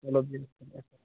چَلو بیٚہو